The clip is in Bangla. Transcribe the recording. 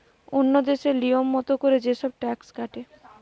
ওন্য দেশে লিয়ম মত কোরে যে সব ট্যাক্স কাটে